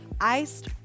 iced-